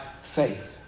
faith